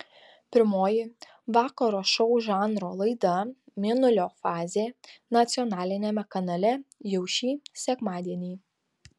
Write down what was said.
pirmoji vakaro šou žanro laida mėnulio fazė nacionaliniame kanale jau šį sekmadienį